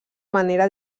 manera